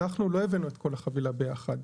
אנחנו לא הבאנו את כל החבילה ביחד.